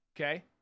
Okay